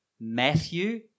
Matthew